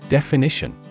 Definition